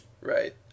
Right